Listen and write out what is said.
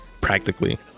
practically